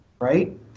right